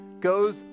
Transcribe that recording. goes